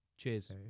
Cheers